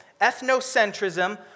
Ethnocentrism